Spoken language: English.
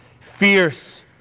fierce